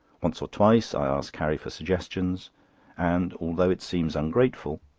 once or twice i asked carrie for suggestions and although it seems ungrateful,